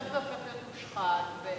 בסוף זה נהיה מושחת.